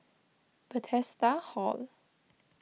Bethesda Hall